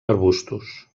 arbustos